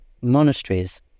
monasteries